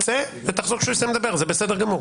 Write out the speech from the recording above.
צא ותחזור כשהוא יסיים לדבר, זה בסדר גמור.